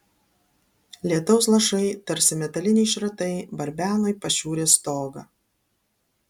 lietaus lašai tarsi metaliniai šratai barbeno į pašiūrės stogą